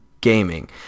Gaming